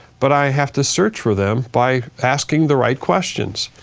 but i have to search for them by asking the right questions.